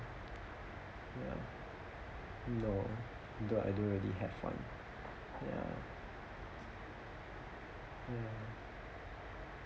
ya no don't I don't really have one ya ya